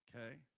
Okay